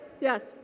yes